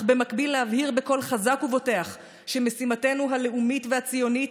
אך במקביל להבהיר בקול חזק ובוטח שמשימתנו הלאומית והציונית